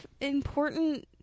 important